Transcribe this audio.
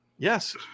Yes